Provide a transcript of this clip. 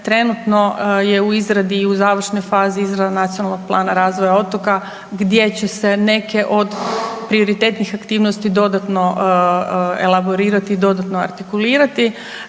trenutno je u izradi i u završnoj fazi izrada Nacionalnog plana razvoja otoka gdje će se neke od prioritetnih aktivnosti dodatno elaborirati i dodatno artikulirati.